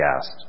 asked